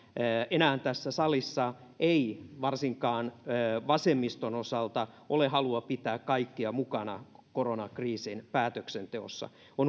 enää tässä salissa ei varsinkaan vasemmiston osalta ole halua pitää kaikkia mukana koronakriisin päätöksenteossa on